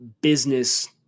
business